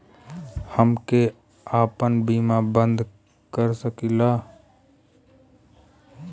हमके आपन बीमा बन्द कर सकीला?